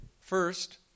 First